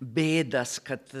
bėdas kad